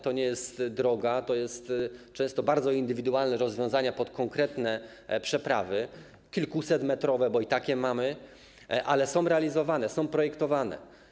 To nie jest droga, tu są często potrzebne bardzo indywidualne rozwiązania pod konkretne przeprawy, nawet kilkusetmetrowe, bo i takie mamy, ale są one realizowane, są projektowane.